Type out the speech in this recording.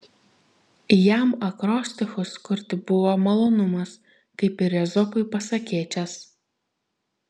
jam akrostichus kurti buvo malonumas kaip ir ezopui pasakėčias